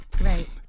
Right